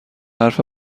حرف